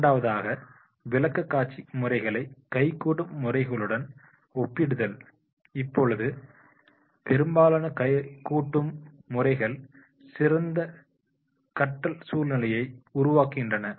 இரண்டாவதாக விளக்கக்காட்சி முறைகளை கைகூடும் முறைகளுடன் ஒப்பிடுதல் இப்போது பெரும்பாலான கைகூடும் முறைகள் சிறந்த கற்றல் சூழ்நிலையை உருவாக்குகின்றன